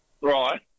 Right